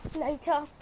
later